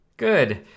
Good